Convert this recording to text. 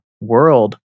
world